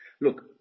Look